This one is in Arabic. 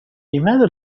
لماذا